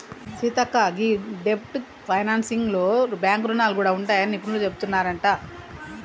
సీతక్క గీ డెబ్ట్ ఫైనాన్సింగ్ లో బాంక్ రుణాలు గూడా ఉంటాయని నిపుణులు సెబుతున్నారంట